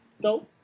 No